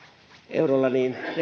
eurolla